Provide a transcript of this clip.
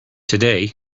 today